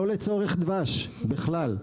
לא לצורך דבש, בכלל.